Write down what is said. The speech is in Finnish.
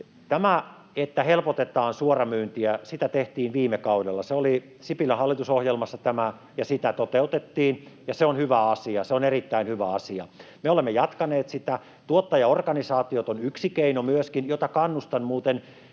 Tämä, että helpotetaan suoramyyntiä, sitä tehtiin viime kaudella. Se oli Sipilän hallitusohjelmassa ja sitä toteutettiin, ja se on hyvä asia. Se on erittäin hyvä asia. Me olemme jatkaneet sitä. Tuottajaorganisaatiot on yksi keino myöskin, ja kannustan muuten